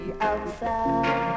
outside